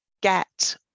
get